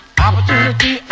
opportunity